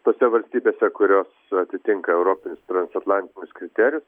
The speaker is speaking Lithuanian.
tose valstybėse kurios atitinka europinius transatlantinius kriterijus